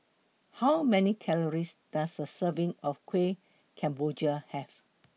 How Many Calories Does A Serving of Kuih Kemboja Have